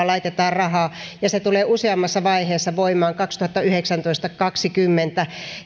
laitetaan rahaa ja se tulee useammassa vaiheessa voimaan kaksituhattayhdeksäntoista viiva kaksituhattakaksikymmentä